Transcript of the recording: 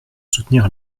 soutenir